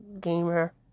gamer